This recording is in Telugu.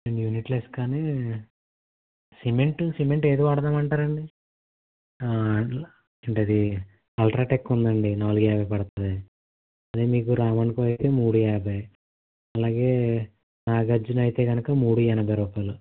రెండు యూనిట్ల ఇసకాని సిమెంట్ సిమెంటు ఏది వాడదామంటారండి అంటే అది అల్ట్రాటెక్ ఉందండి నాలుగు యాభై పడుతుంది అదే మీకు రామన్ క్వాలిటీ మూడు యాభై అలాగే నాగార్జున అయితే గనుక మూడు ఎనభై రూపాయలు